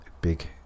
big